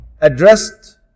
addressed